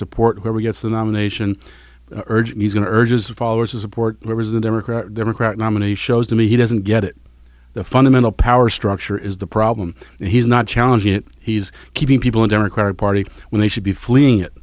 support whoever gets the nomination urged going to urges the followers of support was a democrat democratic nominee shows to me he doesn't get it the fundamental power structure is the problem and he's not challenging it he's keeping people in democratic party when they should be fleeing it